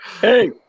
Hey